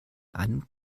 einem